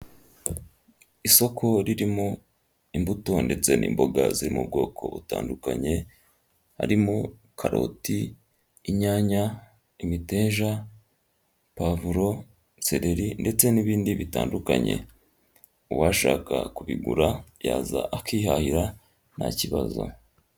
Isoko ririmo imbuto ndetse n'imboga ziri mu bwoko butandukanye, harimo karoti inyanya, imiteja, pavuro, seleri ndetse n'ibindi bitandukanye. Uwashaka kubigura yaza akihahira nta kibazo.